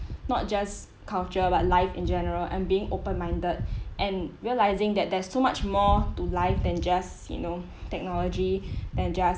not just culture but life in general and being open minded and realising that there's too much more to life than just you know technology than just